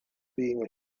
being